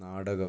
നാടകം